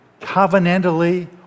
covenantally